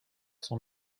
sont